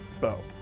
bow